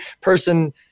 person